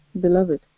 beloved